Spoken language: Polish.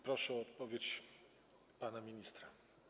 Proszę o odpowiedź pana ministra.